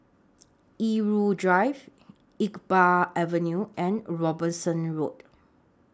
Irau Drive Iqbal Avenue and Robinson Road